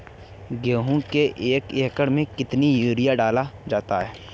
गेहूँ के एक एकड़ में कितना यूरिया डाला जाता है?